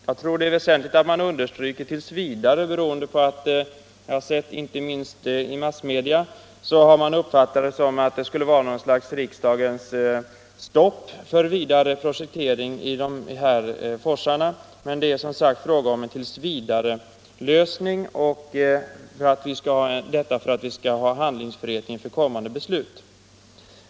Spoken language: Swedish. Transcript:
Jag tror det är väsentligt att man understryker att det gäller t. v., eftersom jag har sett att man inte minst i massmedia har uppfattat det så att det skulle vara något slags riksdagens stopp för vidare projektering i dessa forsar. Men det är som sagt fråga om en lösning t. v. för att vi skall ha handlingsfrihet inför kommande beslut.